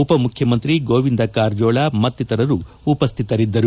ಉಪಮುಖ್ಯಮಂತ್ರಿ ಗೋವಿಂದ ಕಾರಜೋಳ ಮತ್ತಿತರರು ಗಣ್ಣರು ಉಪಸ್ತಿತರಿದ್ದರು